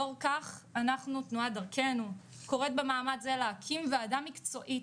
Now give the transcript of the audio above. לאור כך אנחנו תנועת "דרכנו" קוראת במעמד זה להקים ועדה מקצועית